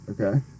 Okay